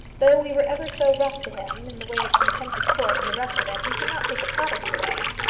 though we were ever so rough to him in the way of contempt of court and the rest of it, we cannot take the property away.